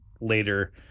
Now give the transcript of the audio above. later